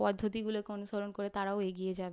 পদ্ধতিগুলোকে অনুসরণ করে তারাও এগিয়ে যাবে